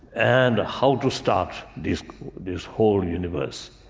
and how to start this this whole universe.